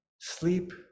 sleep